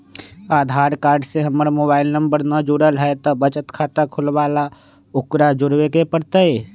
आधार card से हमर mobile number न जुरल है त बचत खाता खुलवा ला उकरो जुड़बे के पड़तई?